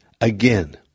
Again